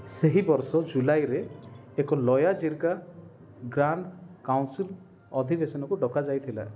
ସେହି ବର୍ଷ ଜୁଲାଇରେ ଏକ ଲୋୟା ଜିର୍ଗା ଗ୍ରାଣ୍ଡ କାଉନସିଲ୍ ଅଧିବେଶନକୁ ଡକାଯାଇଥିଲା